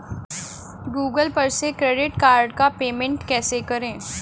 Google पर से credit card का पेमेंट कैसे करें?